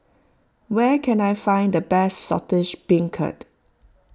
where can I find the best Saltish Beancurd